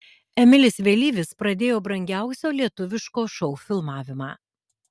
emilis vėlyvis pradėjo brangiausio lietuviško šou filmavimą